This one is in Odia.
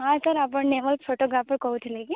ହଁ ସାର୍ ଆପଣ ଫୋଟୋଗ୍ରାଫର୍ କହୁଥିଲେ କି